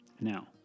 now